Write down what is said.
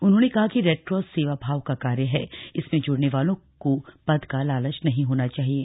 उन्होंने कहा कि रेडक्रॉस सेवा भाव का कार्य है इसमें जुड़ने वालों को पद का लालच नहीं होना चाहिये